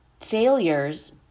failures